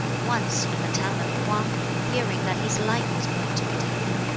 once, in the town of k'wang fearing that his life was going to be taken,